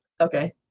Okay